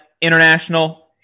international